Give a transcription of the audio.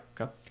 Okay